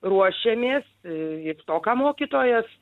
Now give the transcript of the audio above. ruošiamės iš to ką mokytojas